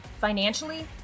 financially